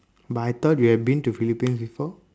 but I thought you have been to philippines before